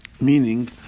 meaning